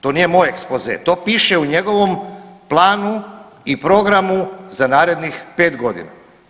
To nije moj ekspoze, to piše u njegovom planu i programu za narednih 5 godina.